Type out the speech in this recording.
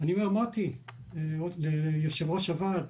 אני אמרתי ליושב ראש הוועד,